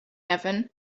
heaven